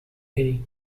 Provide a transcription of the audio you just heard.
rei